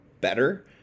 better